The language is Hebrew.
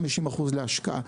50% להשקעה.